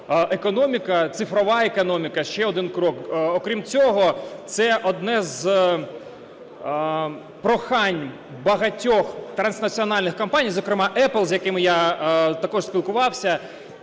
економіка, цифрова економіка, ще один крок. Окрім цього, це одне з прохань багатьох транснаціональних компаній, зокрема Apple, з якими я також спілкувався,